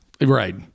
right